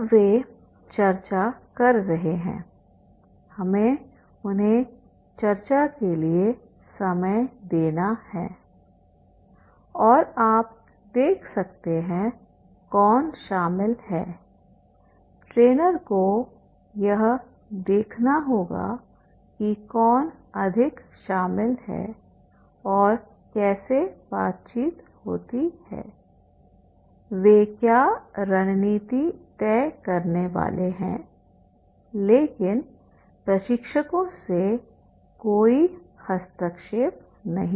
अब वे चर्चा कर रहे हैं हमें उन्हें चर्चा के लिए समय देना है और आप देख सकते हैं कौन शामिल है ट्रेनर को यह देखना होगा कि कौन अधिक शामिल है और कैसे बातचीत होती है वे क्या रणनीति तय करने वाले हैं लेकिन प्रशिक्षकों से कोई हस्तक्षेप नहीं